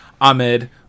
Ahmed